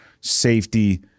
safety